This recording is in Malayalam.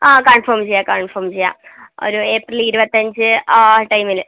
ആ കൺഫേം ചെയ്യാം കൺഫേം ചെയ്യാം ഒരു ഏപ്രിൽ ഇരുപത്തിയഞ്ച് ആ ടൈമില്